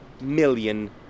million